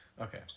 okay